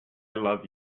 love